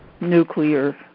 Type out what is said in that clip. nuclear